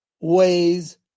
ways